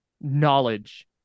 knowledge